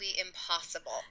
impossible